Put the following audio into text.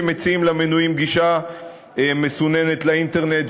שמציעים למנויים גישה מסוננת לאינטרנט.